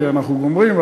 כי אנחנו גומרים,